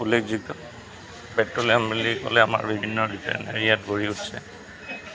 উল্লেখযোগ্য পেট্ৰলিয়াম বুলি ক'লে আমাৰ বিভিন্ন এৰিয়াত গঢ়ি উঠিছে